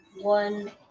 one